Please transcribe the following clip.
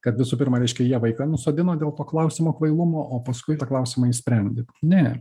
kad visų pirma reiškia jie vaiką nusodino dėl to klausimo kvailumo o paskui tą klausimą išsprendi ne